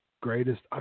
greatest